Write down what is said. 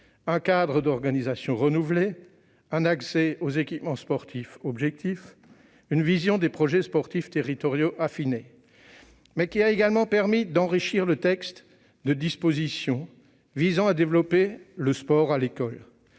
un cadre d'organisation renouvelé, un accès aux équipements sportifs objectif et une vision des projets sportifs territoriaux affinée, au travers d'une approche pragmatique. Il a également permis d'enrichir le texte de dispositions visant à développer le sport à l'école,